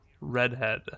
redhead